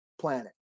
planet